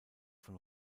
von